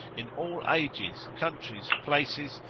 in all ages, countries, places,